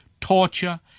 torture